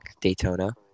Daytona